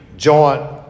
Joint